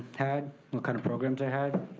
had, what kind of programs they had.